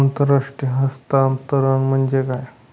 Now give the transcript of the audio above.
आंतरराष्ट्रीय हस्तांतरण म्हणजे काय?